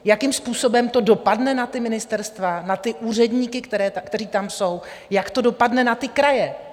Jakým způsobem to dopadne na ta ministerstva, na ty úředníky, kteří tam jsou, jak to dopadne na kraje?